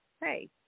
hey